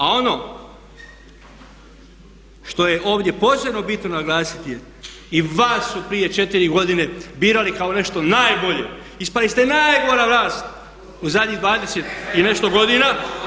A ono što je ovdje posebno bitno naglasiti je, i vas su prije 4 godine birali kao nešto najbolje, ispali ste najgora vlast u zadnjih 20 i nešto godina.